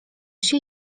się